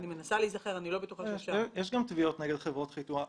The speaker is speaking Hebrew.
יש תביעות נגד חברות חיתום.